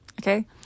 Okay